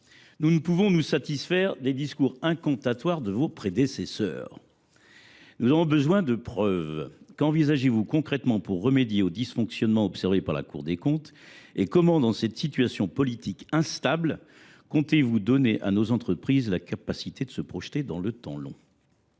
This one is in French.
nous ne pouvons nous satisfaire des discours incantatoires de vos prédécesseurs : nous avons besoin de preuves. Qu’envisagez vous concrètement pour remédier aux dysfonctionnements observés par la Cour des comptes ? Comment, dans cette situation politique instable, comptez vous donner à nos entreprises la capacité de se projeter dans le temps long ?